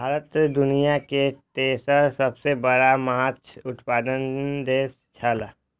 भारत दुनिया के तेसर सबसे बड़ा माछ उत्पादक देश छला